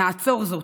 נעצור זאת,